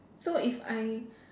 so if I